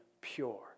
pure